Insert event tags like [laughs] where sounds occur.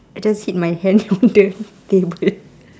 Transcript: I just hit my hand [laughs] on the table [laughs]